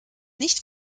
nicht